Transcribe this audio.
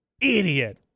idiot